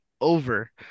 over